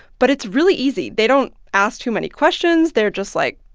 but it's really easy. they don't ask too many questions. they're just like,